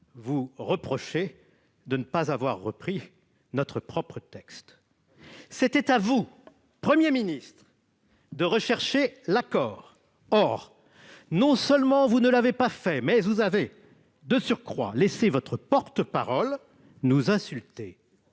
vous reprocher de ne pas avoir repris le nôtre. C'était à vous, Premier ministre, de rechercher l'accord. Non seulement vous ne l'avez pas fait, mais, de surcroît, vous avez laissé votre porte-parole nous insulter.